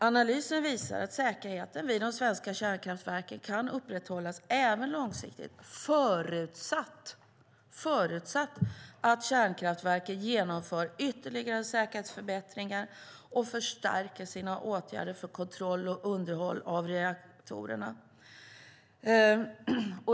Analyser visar att säkerheten vid de svenska kärnkraftverken kan upprätthållas även långsiktigt förutsatt att kärnkraftverken genomför ytterligare säkerhetsförbättringar och förstärker sina åtgärder för kontroll och underhåll av reaktorerna.